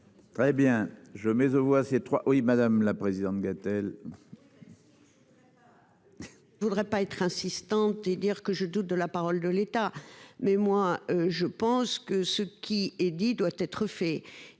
Très bien je mets aux voix ces trois oui madame la présidente Gatel. Je voudrais pas être insistante et dire que je doute de la parole de l'État. Mais moi je pense que ce qui est dit doit être fait